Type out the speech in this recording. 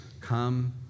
Come